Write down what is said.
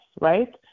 right